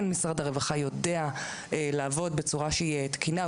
כן משרד הרווחה יודע לעבוד בצורה שהיא תקינה.